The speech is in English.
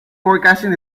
forecasting